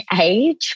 age